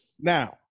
Now